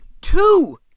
Two